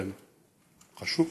חשוב.